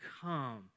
come